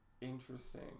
interesting